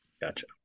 Gotcha